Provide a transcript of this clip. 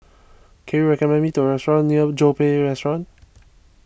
can you recommend me to restaurant near restaurant